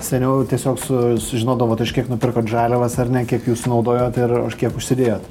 seniau tiesiog su sužinodavot už kiek nupirkot žaliavas ar ne kiek jų naudojot ir už kiek užsidėjot